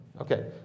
Okay